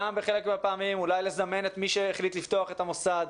גם בחלק מהפעמים אולי לזמן את מי שהחליט לפתוח את המוסד,